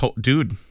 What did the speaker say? dude